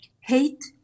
hate